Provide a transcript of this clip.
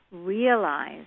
realize